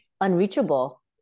unreachable